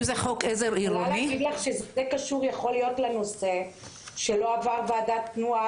זה קשור אולי לכך שזה לא עבר ועדת תנועה